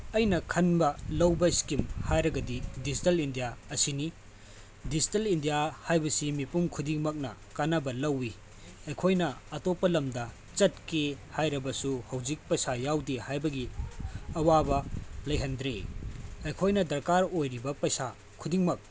ꯑꯩꯅ ꯈꯟꯕ ꯂꯧꯕ ꯏꯁꯀꯤꯝ ꯍꯥꯏꯔꯒꯗꯤ ꯗꯤꯁꯇꯦꯜ ꯏꯟꯗꯤꯌꯥ ꯑꯁꯤꯅꯤ ꯗꯤꯁꯇꯦꯜ ꯏꯟꯗꯤꯌꯥ ꯍꯥꯏꯕꯁꯤ ꯃꯤꯄꯨꯝ ꯈꯨꯗꯤꯡꯃꯛꯅ ꯀꯥꯟꯅꯕ ꯂꯧꯋꯤ ꯑꯩꯈꯣꯏꯅ ꯑꯇꯣꯞꯄ ꯂꯝꯗ ꯆꯠꯀꯦ ꯍꯥꯏꯔꯕꯁꯨ ꯍꯧꯖꯤꯛ ꯄꯩꯁꯥ ꯌꯥꯎꯗꯦ ꯍꯥꯏꯕꯒꯤ ꯑꯋꯥꯕ ꯂꯩꯍꯟꯗ꯭ꯔꯤ ꯑꯩꯈꯣꯏꯅ ꯗꯔꯀꯥꯔ ꯑꯣꯏꯔꯤꯕ ꯄꯩꯁꯥ ꯈꯨꯗꯤꯡꯃꯛ